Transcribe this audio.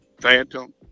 phantom